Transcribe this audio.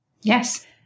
Yes